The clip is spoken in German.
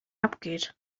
abgeht